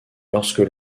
lorsque